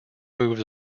moves